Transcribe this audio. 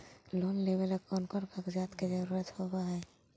Loan लेबे ला कौन कौन कागजात के जरुरत होबे है?